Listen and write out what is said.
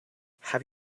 have